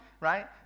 right